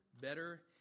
Better